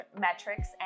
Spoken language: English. metrics